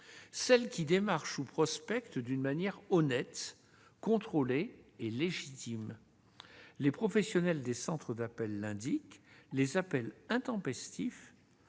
celles qui démarchent ou prospectent d'une manière honnête, contrôlée et légitime. Les professionnels des centres d'appels soulignent eux-mêmes que les appels intempestifs